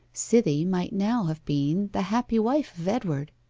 cythie might now have been the happy wife of edward.